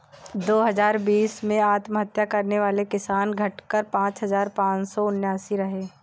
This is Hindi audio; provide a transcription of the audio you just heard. दो हजार बीस में आत्महत्या करने वाले किसान, घटकर पांच हजार पांच सौ उनासी रहे